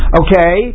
okay